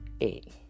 eight